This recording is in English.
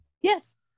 Yes